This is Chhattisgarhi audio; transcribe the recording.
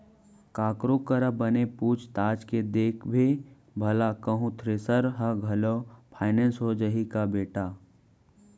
ककरो करा बने पूछ ताछ के देखबे भला कहूँ थेरेसर ह घलौ फाइनेंस हो जाही का बेटा?